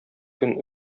көн